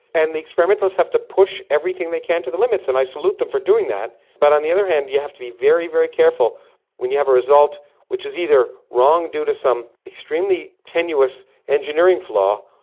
and the experimentalists have to push everything they can to the limits, and i salute them for doing that, but on the other hand you have to be very, very careful when you have a result that is either wrong due to some extremely tenuous engineering flaw,